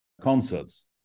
concerts